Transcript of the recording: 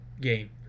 game